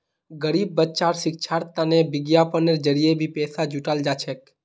गरीब बच्चार शिक्षार तने विज्ञापनेर जरिये भी पैसा जुटाल जा छेक